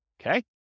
Okay